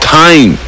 time